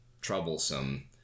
troublesome